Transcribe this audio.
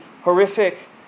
horrific